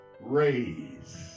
raise